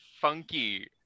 funky